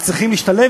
מצליחים להשתלב.